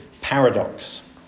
paradox